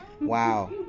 Wow